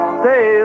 stay